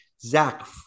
Zach